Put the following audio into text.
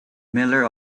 miller